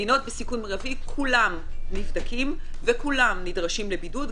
מדינות בסיכון מרבי כולם נבדקים וכולם נדרשים לבידוד,